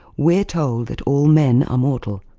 we're told that all men are mortal,